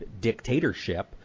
dictatorship